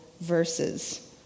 verses